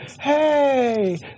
Hey